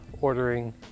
ordering